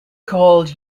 called